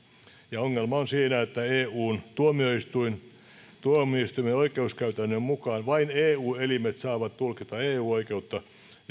ongelma on siinä että eun tuomioistuimen oikeuskäytännön mukaan vain eu elimet saavat tulkita eu oikeutta